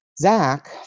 Zach